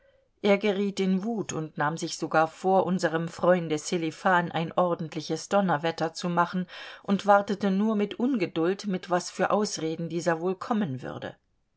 er geriet in wut und nahm sich sogar vor unserem freunde sselifan ein ordentliches donnerwetter zu machen und wartete nur mit ungeduld mit was für ausreden dieser wohl kommen würde